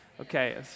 Okay